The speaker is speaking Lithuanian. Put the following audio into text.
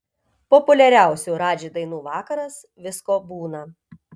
populiariausių radži dainų vakaras visko būna